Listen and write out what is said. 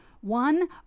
one